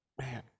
Man